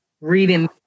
reading